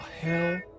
hell